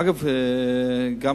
אגב, גם